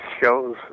shows